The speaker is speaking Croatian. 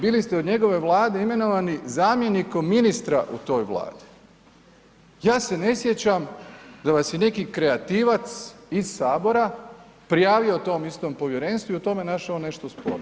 Bili ste u njegovoj vladi imenovani zamjenikom ministra u toj Vladi, ja se ne sjećam da vas je neki kreativac iz Sabora prijavio tom istom povjerenstvu i u tome našao nešto sporno.